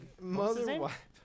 Mother-wife